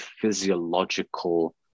physiological